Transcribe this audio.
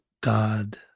God